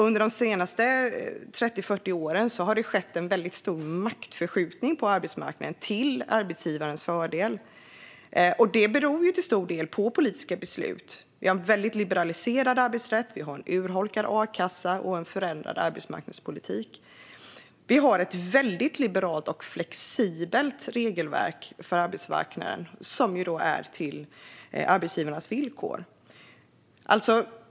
Under de senaste 30-40 åren har det skett en stor maktförskjutning på arbetsmarknaden till arbetsgivarens fördel, och det beror till stor del på politiska beslut. Vi har en väldigt liberaliserad arbetsrätt, en urholkad akassa och en förändrad arbetsmarknadspolitik. Vi har ett väldigt liberalt och flexibelt regelverk för arbetsmarknaden som är på arbetsgivarnas villkor.